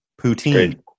Poutine